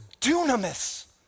dunamis